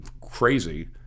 crazy